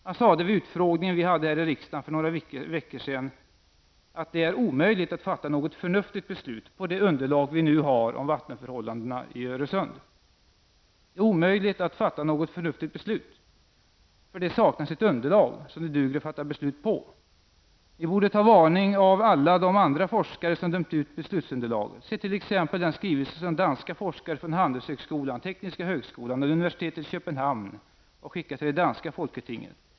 Han sade vid utfrågningen vi hade här i riksdagen för några veckor sedan att det är omöjligt att fatta något förnuftigt beslut på det underlag vi nu har om vattenförhållandena i Öresund. Det är omöjligt att fatta något förnuftigt beslut eftersom det saknas ett underlag som duger till att fatta beslut på. Ni borde ta varning av alla de andra forskare som har dömt ut beslutsunderlaget. Se till exempel den skrivelse som danska forskare från handelshögskolan, tekniska högskolan och universitetet i Köpenhamn skickat till det danska folketinget.